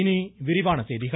இனி விரிவான செய்திகள்